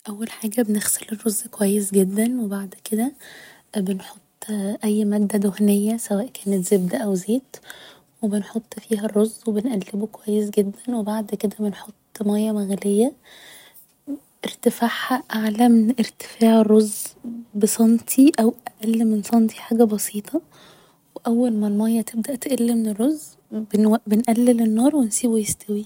اول حاجة بنغسل الرز كويس جدا و بعد كده بنحط اي مادة دهنية سواء كانت زبدة او زيت و بنحط فيها الرز و بنقلبه كويس جدا و بعد كده بنحط مياه مغلية ارتفاعها اعلى من ارتفاع الرز بسنتي او اقل من سنتي حاجة بسيطة و اول ما المياه تبدأ تقل من الرز بنقلل النار و نسيبه يستوي